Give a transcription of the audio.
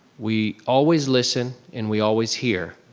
we always listen and we always hear.